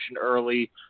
early